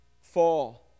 fall